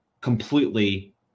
completely